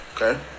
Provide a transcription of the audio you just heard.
Okay